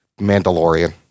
Mandalorian